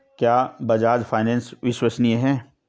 क्या बजाज फाइनेंस विश्वसनीय है?